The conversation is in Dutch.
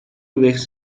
beweegt